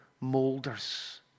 molders